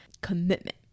commitment